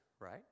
Right